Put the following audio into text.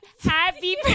happy